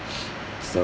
so